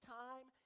time